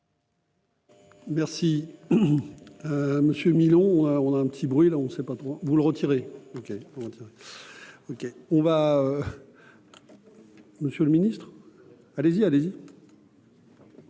Merci monsieur Milon, on a un petit bruit là on sait pas trop vous le retirer, OK, OK, on va monsieur le Ministre allez-y, allez-y.